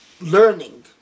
learning